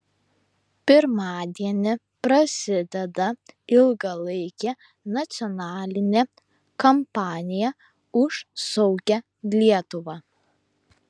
pirmadienį prasideda ilgalaikė nacionalinė kampanija už saugią lietuvą